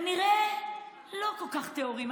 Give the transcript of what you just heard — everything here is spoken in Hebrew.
כנראה לא כל כך טהורים.